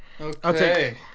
Okay